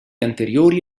anteriori